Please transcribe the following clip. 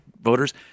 voters